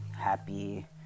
happy